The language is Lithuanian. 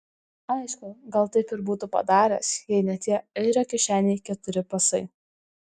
aišku gal taip ir būtų padaręs jei ne tie airio kišenėje keturi pasai